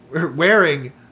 wearing